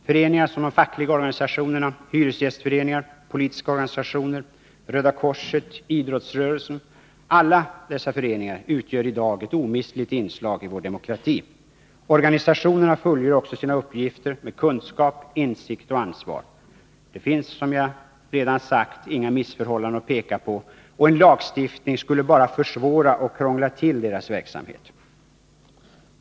Föreningar som de fackliga organisationerna, hyresgästföreningar, politiska organisationer, Röda korset och idrottsrörelsen — alla dessa föreningar utgör i dag ett omistligt inslag i vår demokrati. Organisationerna fullgör också sina uppgifter med kunskap, insikt och ansvar. Det finns, som jag redan sagt, inga missförhållanden att peka på, och en lagstiftning skulle bara försvåra och krångla till deras verksamhet.